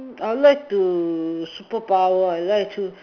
I like to superpower I like to